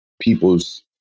people's